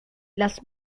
las